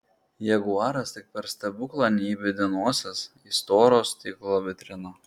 jaguaras tik per stebuklą neįbedė nosies į storo stiklo vitriną